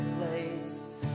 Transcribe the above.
place